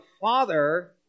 Father